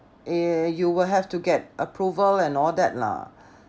eh you will have to get approval and all that lah